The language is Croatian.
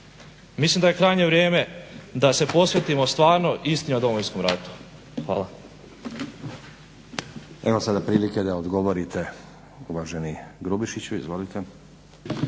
Mislim da je krajnje vrijeme da se posvetimo stvarno istini o Domovinskom ratu. Hvala. **Stazić, Nenad (SDP)** Evo sada prilike da odgovorite uvaženi Grubišiću, izvolite.